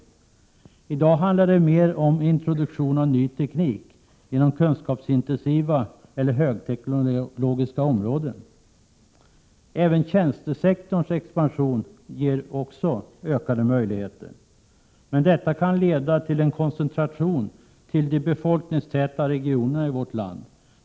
I dag handlar det mer om introduktion av ny teknik inom kunskapsintensiva eller högteknologiska områden. Även tjänstesektorns expansion ger ökade möjligheter. Men detta kan leda till en koncentration till de befolkningstätare regionerna i vårt land.